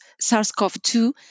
SARS-CoV-2